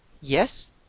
Yes